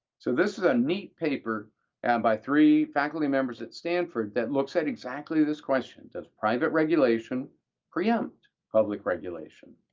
so this is a neat paper and by three faculty members at stanford that looks at exactly this question. does private regulation preempt public regulation?